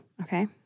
Okay